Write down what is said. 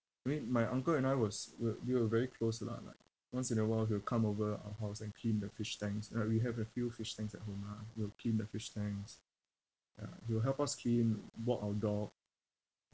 I mean my uncle and I was were we were very close lah like once in a while he will come over our house and clean the fish tanks uh we have a few fish tanks at home lah he will clean the fish tanks ya he will help us clean walk our dog